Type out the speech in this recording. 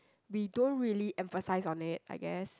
we don't really emphasise on it I guess